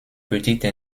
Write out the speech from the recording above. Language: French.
petite